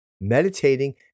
meditating